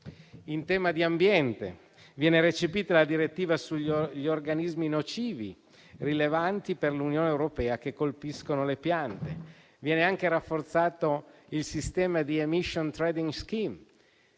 In tema di ambiente viene recepita la direttiva sugli organismi nocivi rilevanti per l'Unione europea che colpiscono le piante. Viene anche rafforzato il sistema di *emission trading skin*